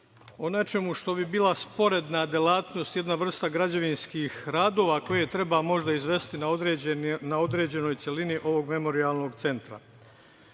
o nečemu što bi bila sporedna delatnost, jedna vrsta građevinskih radova koje treba možda izvesti na određenoj celini ovog Memorijalnog centra. Mi